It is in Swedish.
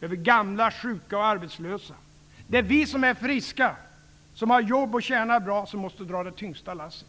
över gamla, sjuka och arbetslösa. Det är vi som är friska, har jobb och tjänar bra som måste dra det tyngsta lasset.